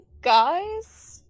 guys